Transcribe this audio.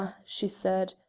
she said,